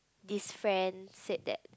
this friend said that